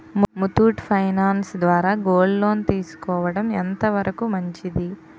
Muthoot finance ద్వారా gold loan తీసుకోవడం ఎంత వరకు మంచిది?